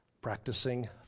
practicing